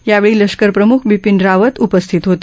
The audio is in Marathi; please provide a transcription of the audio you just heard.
यावेळी लष्कर प्रम्ख बिपीन रावत उपस्थित होते